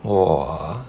!whoa!